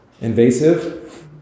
invasive